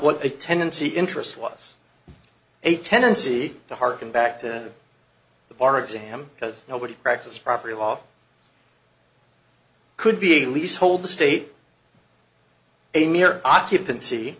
what a tendency interest was a tendency to hearken back to the bar exam because nobody practiced property law could be a leasehold the state a mere occupancy